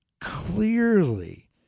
clearly